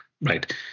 right